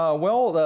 ah well,